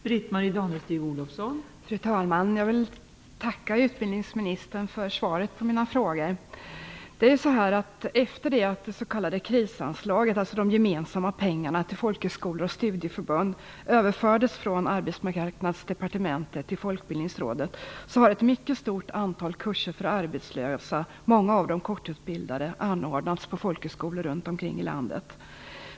Fru talman! Jag vill tacka utbildningsministern för svaret på mina frågor. Efter det att det s.k. Arbetsmarknadsdepartementet till Folkbildningsrådet har ett mycket stort antal kurser för arbetslösa, många av dessa kortutbildade, anordnats på folkhögskolor runt om i landet.